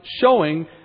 showing